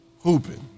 Hooping